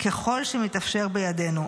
ככול שמתאפשר בידינו.